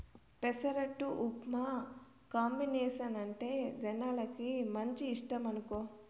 పెసరట్టు ఉప్మా కాంబినేసనంటే జనాలకు మంచి ఇష్టమనుకో